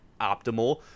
optimal